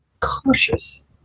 cautious